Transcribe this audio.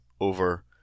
over